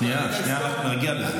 שנייה, שנייה, נגיע לזה.